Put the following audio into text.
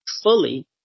fully